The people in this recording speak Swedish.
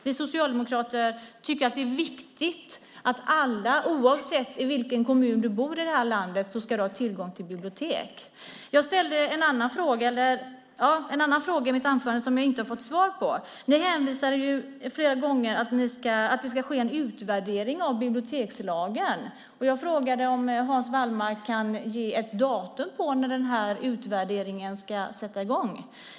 Vi socialdemokrater tycker att det är viktigt att alla, oavsett i vilken kommun i landet man bor, har tillgång till bibliotek. I mitt anförande ställde jag en annan fråga som jag inte har fått svar på. Ni hänvisar flera gånger till att det ska ske en utvärdering av bibliotekslagen. Jag frågade om Hans Wallmark kan ge ett datum för när den utvärderingen ska sätta i gång.